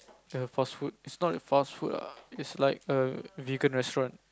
the fast food it's not a fast food lah it's like a vegan restaurant